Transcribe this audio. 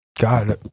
God